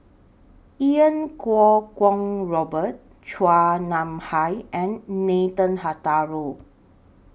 Iau Kuo Kwong Robert Chua Nam Hai and Nathan Hartono